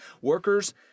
Workers